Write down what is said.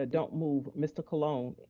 ah don't move. mr. colon,